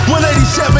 187